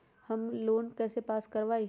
Home loan कैसे pass कर बाबई?